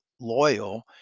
loyal